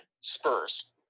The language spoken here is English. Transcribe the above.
Spurs